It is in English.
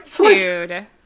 Dude